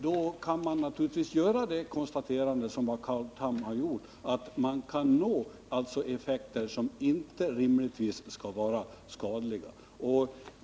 Då kan man naturligtvis göra det konstaterande som Carl Tham har gjort — att man alltså kan nå fältstyrkor som inte rimligtvis skall vara skadliga.